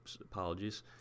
Apologies